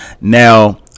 Now